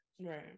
Right